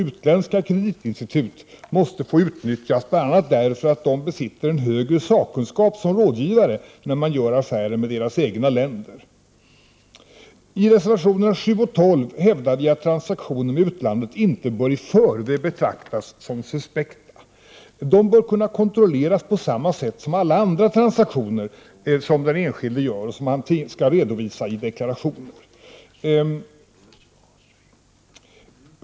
Utländska kreditinstitut måste få utnyttjas, bl.a. därför att de besitter en högre sakkunskap som rådgivare när man gör affärer med deras egna länder. I reservationerna 7 och 12 hävdar vi att transaktioner med utlandet inte bör i förväg betraktas som suspekta. De bör kunna kontrolleras på samma sätt som alla andra transaktioner som den enskilde gör och som han skall redovisa i deklarationen.